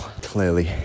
clearly